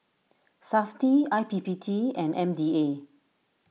SAFTI I P P T and M D A